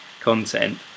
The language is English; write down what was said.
content